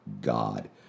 God